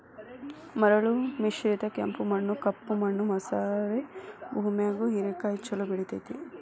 ಮರಳು ಮಿಶ್ರಿತ ಕೆಂಪು ಮಣ್ಣ, ಕಪ್ಪು ಮಣ್ಣು ಮಸಾರೆ ಭೂಮ್ಯಾಗು ಹೇರೆಕಾಯಿ ಚೊಲೋ ಬೆಳೆತೇತಿ